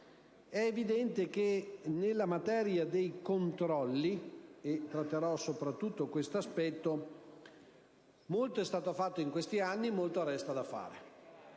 É evidente che, nella materia dei controlli, e tratterò soprattutto questo aspetto, molto è stato fatto in questi anni, e molto resta da fare.